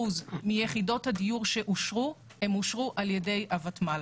78% שאושרו על ידי הותמ"ל.